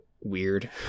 weird